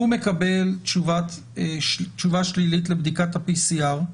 הוא מקבל תשובה שלילית לבדיקת ה-PCR,